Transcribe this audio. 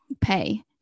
pay